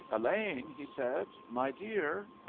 elaine, he said, my dear?